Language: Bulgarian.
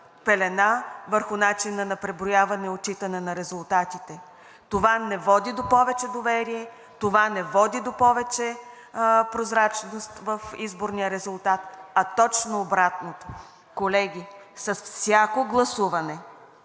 пелена върху начина на преброяване и отчитане на резултатите. Това не води до повече доверие, това не води до повече прозрачност в изборния резултат, а точно обратното. Колеги, с всяко гласуване